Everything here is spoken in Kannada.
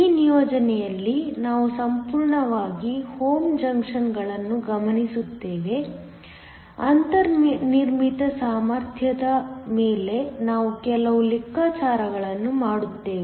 ಈ ನಿಯೋಜನೆಯಲ್ಲಿ ನಾವು ಸಂಪೂರ್ಣವಾಗಿ ಹೋಮೋ ಜಂಕ್ಷನ್ಗಳನ್ನು ಗಮನಿಸುತ್ತೇವೆ ಅಂತರ್ನಿರ್ಮಿತ ಸಾಮರ್ಥ್ಯದ ಮೇಲೆ ನಾವು ಕೆಲವು ಲೆಕ್ಕಾಚಾರಗಳನ್ನು ಮಾಡುತ್ತೇವೆ